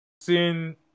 seen